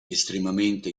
estremamente